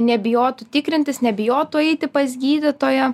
nebijotų tikrintis nebijotų eiti pas gydytoją